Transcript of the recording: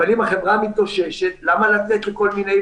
אבל אם החברה מתאוששת למה לתת לכל מיני